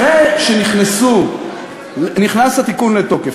אחרי שנכנס התיקון לתוקף,